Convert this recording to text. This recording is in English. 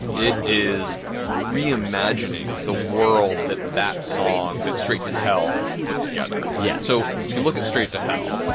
it is reimagining the world that that song that straight to hell put together yeah so if you look at straight to hell.